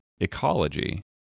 ecology